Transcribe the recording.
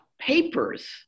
papers